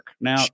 Now